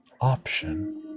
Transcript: option